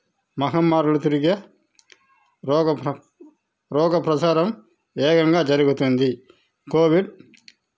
మహమ్మారులు తిరిగే రోగ ప్రసారం వేగంగా జరుగుతుంది కోవిడ్